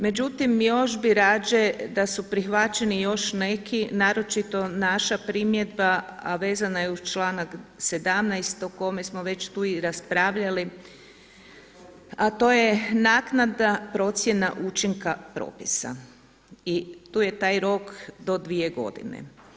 Međutim, još bih rađe da su prihvaćeni još neki naročito naša primjedba, a vezana je uz članak 17. o kome smo već tu i raspravljali, a to je naknada procjena učinka propisa i tu je taj rok do 2 godine.